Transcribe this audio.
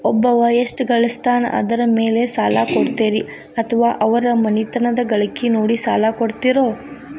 ಒಬ್ಬವ ಎಷ್ಟ ಗಳಿಸ್ತಾನ ಅದರ ಮೇಲೆ ಸಾಲ ಕೊಡ್ತೇರಿ ಅಥವಾ ಅವರ ಮನಿತನದ ಗಳಿಕಿ ನೋಡಿ ಸಾಲ ಕೊಡ್ತಿರೋ?